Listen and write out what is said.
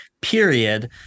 period